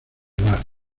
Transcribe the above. edad